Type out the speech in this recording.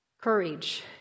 Courage